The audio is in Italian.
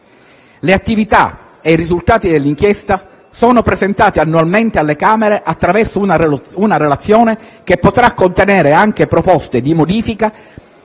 Le attività e i risultati dell'inchiesta sono presentati annualmente alle Camere attraverso una relazione che potrà contenere anche proposte di modifica